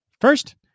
First